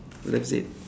that's it